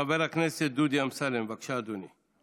חבר הכנסת דודי אמסלם, בבקשה, אדוני.